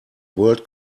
world